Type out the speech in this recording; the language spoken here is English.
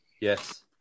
yes